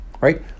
right